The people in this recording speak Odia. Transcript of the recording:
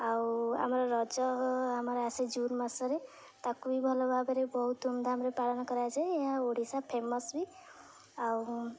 ଆଉ ଆମର ରଜ ଆମର ଆସେ ଜୁନ୍ ମାସରେ ତାକୁ ବି ଭଲ ଭାବରେ ବହୁତ ଧୁମ୍ଧାମ୍ରେ ପାଳନ କରାଯାଏ ଏହା ଓଡ଼ିଶା ଫେମସ୍ ବି ଆଉ